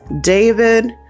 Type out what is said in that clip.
David